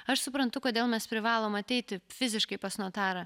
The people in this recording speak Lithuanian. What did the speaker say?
aš suprantu kodėl mes privalom ateiti fiziškai pas notarą